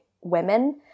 women